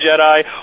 Jedi